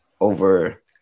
over